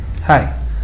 Hi